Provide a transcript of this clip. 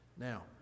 Now